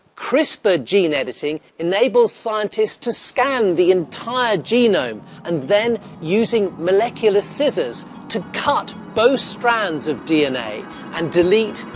crispr gene editing enables scientists to scan the entire genome and then using molecular scissors to cut both strands of dna and delete,